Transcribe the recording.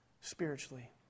spiritually